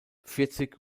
vierzig